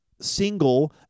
Single